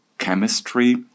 chemistry